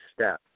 step